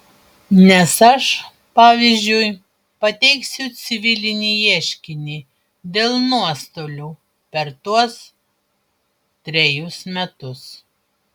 nes aš pavyzdžiui pateiksiu civilinį ieškinį dėl nuostolių per tuos trejus metus